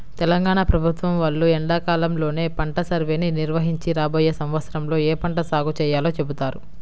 తెలంగాణ ప్రభుత్వం వాళ్ళు ఎండాకాలంలోనే పంట సర్వేని నిర్వహించి రాబోయే సంవత్సరంలో ఏ పంట సాగు చేయాలో చెబుతారు